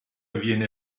viene